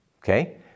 okay